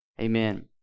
Amen